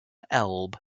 elbe